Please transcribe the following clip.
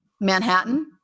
Manhattan